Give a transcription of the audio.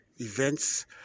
Events